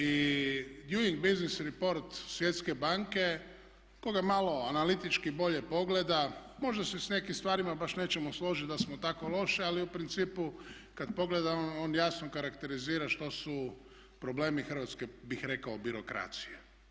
I Doing Business Report svjetske banke, ko ga malo analitički bolje pogleda možda se s nekim stvarima baš nećemo složiti da smo tako loše ali u principu kad pogledamo on jasno karakterizira što su problemi hrvatske bih rekao birokracije.